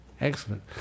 Excellent